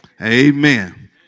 Amen